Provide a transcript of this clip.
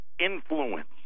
influence